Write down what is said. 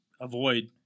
avoid